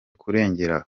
kurengera